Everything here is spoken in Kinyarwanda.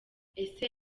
ese